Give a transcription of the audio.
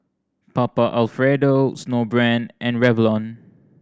Papa Alfredo Snowbrand and Revlon